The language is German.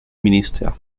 minister